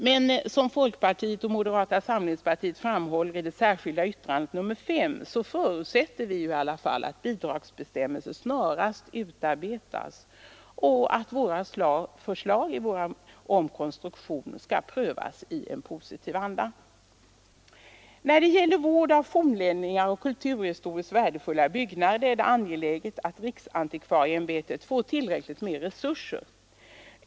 Men som folkpartiets och moderata samlingspartiets ledamöter framhåller i det särskilda yttrandet nr 5 så förutsätter vi dock att bidragsbestämmelser snarast utarbetas och att våra förslag om konstruktionen prövas i positiv anda. När det gäller vård av fornlämningar och kulturhistoriskt värdefulla byggnader är det angeläget att riksantikvarieämbetet får tillräckligt med resurser.